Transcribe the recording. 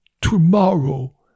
tomorrow